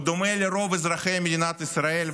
בדומה לרוב אזרחי מדינת ישראל,